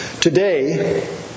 Today